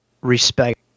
respect